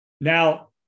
Now